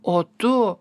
o tu